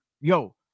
yo